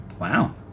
Wow